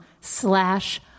slash